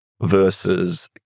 versus